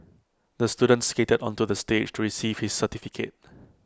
the student skated onto the stage to receive his certificate